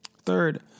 Third